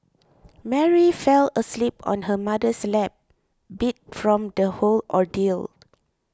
Mary fell asleep on her mother's lap beat from the whole ordeal